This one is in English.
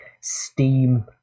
Steam